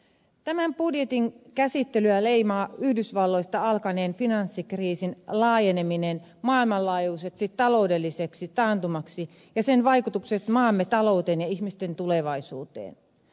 tämän budjetin käsittelyä leimaa yhdysvalloista alkaneen finanssikriisin laajeneminen maailmanlaajuiseksi taloudelliseksi taantumaksi ja sen vaikutukset maamme talouteen ja ihmisten tulevaisuuteen